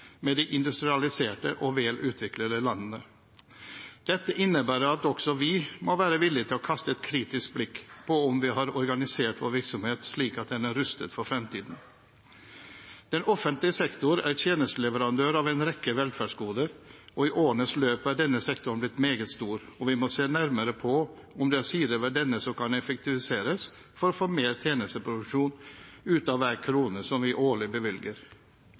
med de industrialiserte og velutviklede landene. Dette innebærer at også vi må være villig til å kaste et kritisk blikk på om vi har organisert vår virksomhet slik at den er rustet for fremtiden. Den offentlige sektor er tjenesteleverandør av en rekke velferdsgoder, og i årenes løp er denne sektoren blitt meget stor. Vi må se nærmere på om det er sider ved denne som kan effektiviseres for å få mer tjenesteproduksjon ut av hver krone som vi årlig bevilger.